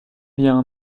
bien